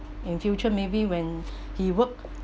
in future maybe when he work